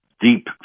deep